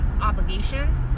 obligations